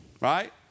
Right